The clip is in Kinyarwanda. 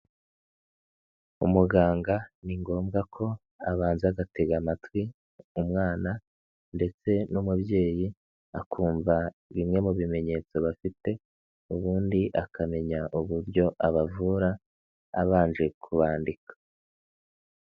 Umuganga ni ngombwa ko abanza agatega amatwi umwana ndetse n'umubyeyi akumva bimwe mu bimenyetso bafite ubundi akamenya uburyo abavura abanje kubandika.